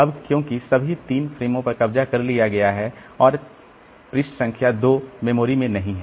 अब क्योंकि सभी 3 फ़्रेमों पर कब्जा कर लिया गया है और पृष्ठ संख्या 2 मेमोरी में नहीं है